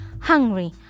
Hungry